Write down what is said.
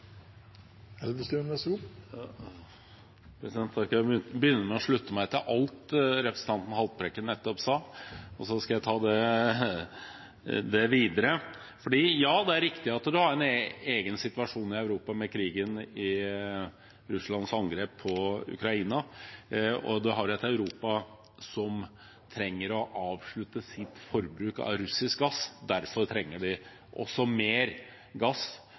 Jeg skal begynne med å slutte meg til alt det representanten Haltbrekken nettopp sa. Og så skal jeg ta det videre – for ja, det er riktig at man har en egen situasjon i Europa, med krigen og Russlands angrep på Ukraina, og at man har et Europa som trenger å avslutte sitt forbruk av russisk gass. Derfor trenger vi også mer gass;